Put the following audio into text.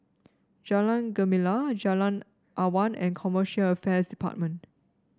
Jalan Gemala Jalan Awan and Commercial Affairs Department